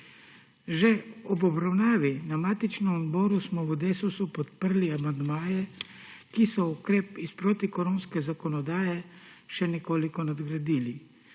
Že ob obravnavi na matičnem odboru smo v Desusu podprli amandmaje, ki so ukrep iz protikoronske zakonodaje še nekoliko nadgradili.